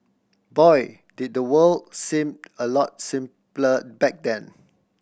boy did the world seem a lot simpler back then